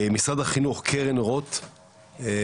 משרד החינוך קרן רוט איטח.